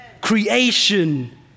Creation